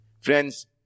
Friends